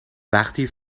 وقتی